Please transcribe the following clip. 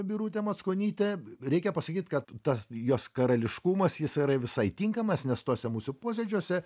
birutę mackonytę reikia pasakyt kad tas jos karališkumas jis yra visai tinkamas nes tuose mūsų posėdžiuose